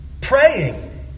praying